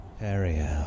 Ariel